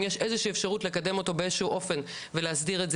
אם יש איזושהי אפשרות לקדם אותו באיזשהו אופן ולהסדיר את זה